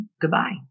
goodbye